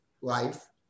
life